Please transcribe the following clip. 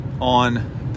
on